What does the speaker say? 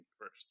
first